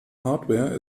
hardware